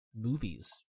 movies